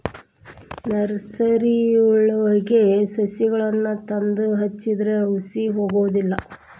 ನರ್ಸರಿವಳಗಿ ಸಸಿಗಳನ್ನಾ ತಂದ ಹಚ್ಚಿದ್ರ ಹುಸಿ ಹೊಗುದಿಲ್ಲಾ